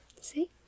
See